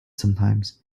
sometimes